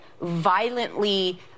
violently